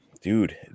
Dude